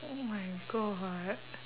oh my god